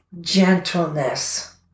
gentleness